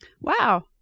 Wow